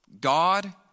God